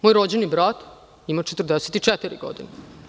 Moj rođeni brat ima 44 godine.